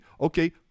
okay